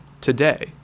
today